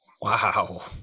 Wow